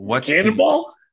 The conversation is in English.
Cannonball